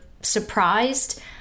surprised